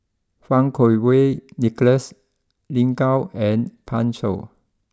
Fang Kuo Wei Nicholas Lin Gao and Pan Shou